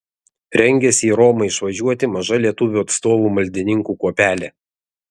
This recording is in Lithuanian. rengiasi į romą išvažiuoti maža lietuvių atstovų maldininkų kuopelė